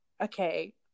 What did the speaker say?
okay